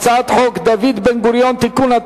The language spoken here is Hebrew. הצעת חוק דוד בן-גוריון (תיקון),